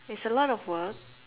it's a lot of work